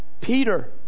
Peter